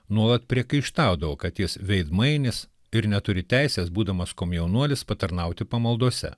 nuolat priekaištaudavo kad jis veidmainis ir neturi teisės būdamas komjaunuolis patarnauti pamaldose